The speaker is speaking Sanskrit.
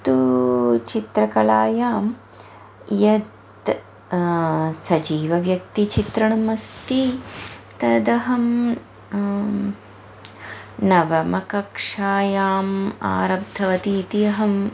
तु चित्रकलायां यत् सजीवव्यक्तिचित्रणम् अस्ति तदहं नवमकक्षायाम् आरब्धवतीति अहं